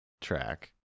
track